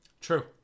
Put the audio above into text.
true